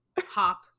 hop